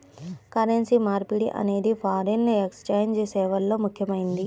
currency మార్పిడి అనేది foreign exchange సేవల్లో ముఖ్యమైనది